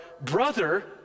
brother